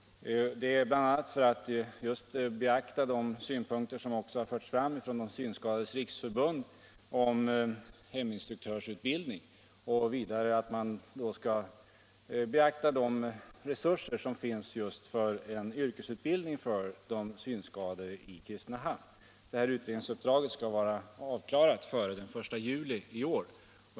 Detta sker bl.a. för att beakta de synpunkter som har förts fram från Synskadades riksförbund om heminstruktörsutbildning och de resurser som i Kristinehamn finns för en yrkesutbildning av synskadade. Detta utredningsuppdrag skall vara slutfört till den 1 juli i år.